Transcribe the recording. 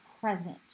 present